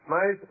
Mas